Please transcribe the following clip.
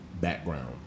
background